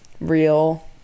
real